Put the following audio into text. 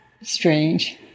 Strange